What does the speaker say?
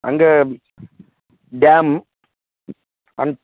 அங்கே dam and